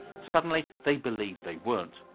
suddenly they believed they weren't.